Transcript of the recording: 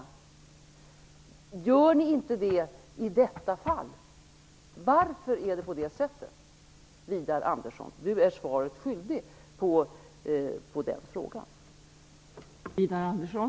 Varför gör ni inte det i detta fall? Varför är det på det sättet, Widar Andersson? Du är svaret skyldig på den frågan.